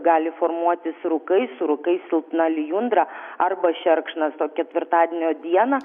gali formuotis rūkai su rūkais silpna lijundra arba šerkšnas o ketvirtadienio dieną